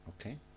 Okay